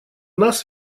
нас